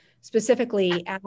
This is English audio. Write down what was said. specifically